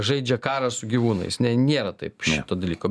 žaidžia karą su gyvūnais ne nėra taip šito dalyko